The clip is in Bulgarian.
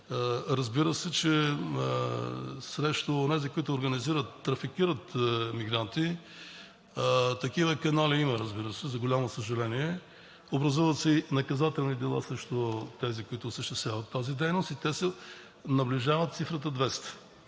Разбира се, че е срещу онези, които трафикират мигранти, а такива канали има, за голямо съжаление, образуват се и наказателни дела срещу тези, които осъществяват тази дейност, и те наближават цифрата 200.